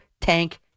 Tank